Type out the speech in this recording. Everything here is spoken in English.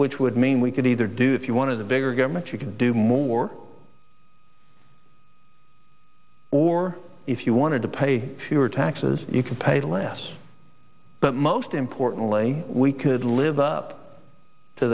which would mean we it either do if you want to bigger government you can do more or if you want to pay your taxes you can pay less but most importantly we could live up to